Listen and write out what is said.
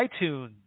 iTunes